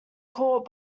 court